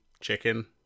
chicken